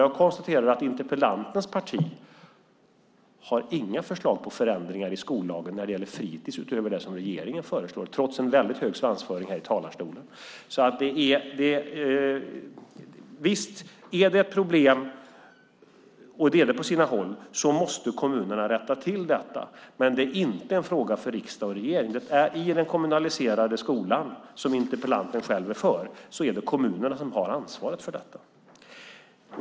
Jag konstaterar att interpellantens parti inte har några förslag på förändringar i skollagen när det gäller fritis utöver det som regeringen föreslår, trots en väldigt hög svansföring här i talarstolen. Visst: Om det är problem, som det är på sina håll, måste kommunerna rätta till dem. Men det är inte en fråga för riksdag och regering. I den kommunaliserade skolan, som interpellanten själv är för, är det kommunerna som har ansvaret för detta.